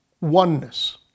oneness